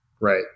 right